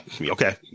Okay